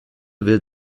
will